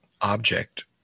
object